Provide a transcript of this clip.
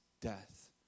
death